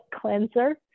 cleanser